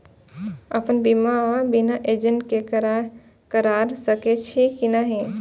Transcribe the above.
अपन बीमा बिना एजेंट के करार सकेछी कि नहिं?